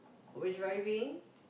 was driving